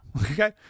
okay